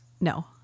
No